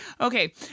okay